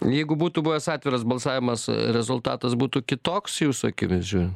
jeigu būtų buvęs atviras balsavimas rezultatas būtų kitoks jūsų akivaizdžioj